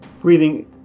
breathing